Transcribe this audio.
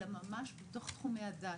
אלא ממש בתוך תחומי הדעת.